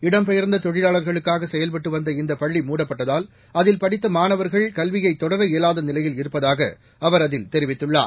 இடம்பெயர்ந்த தொழிலாளர்களுக்காக செயல்பட்டு வந்த இந்த பள்ளி மூடப்பட்டதால் அதில் படித்த மாணவர்கள் கல்வியை தொடர இயலாத நிலையில் இருப்பதாக அவர் அதில் தெரிவித்துள்ளார்